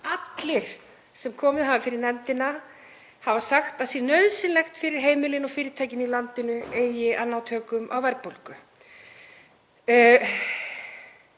allir sem komið hafa fyrir nefndina hafa sagt að sé nauðsynlegt fyrir heimilin og fyrirtækin í landinu eigi að ná tökum á verðbólgu.